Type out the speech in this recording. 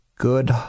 Good